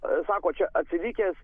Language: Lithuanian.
sako čia atsilikęs